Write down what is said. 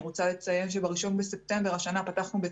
אני רוצה לציין שבראשון בספטמבר השנה פתחנו בית